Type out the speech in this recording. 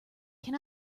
can